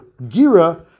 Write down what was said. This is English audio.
Gira